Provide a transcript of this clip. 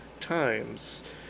times